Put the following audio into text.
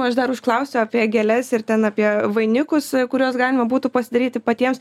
aš dar užklausiau apie gėles ir ten apie vainikus kuriuos galima būtų pasidaryti patiems